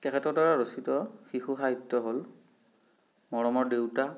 তেখেতৰ দ্বাৰা ৰচিত শিশু সাহিত্য হ'ল মৰমৰ দেউতা